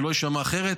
שלא יישמע אחרת,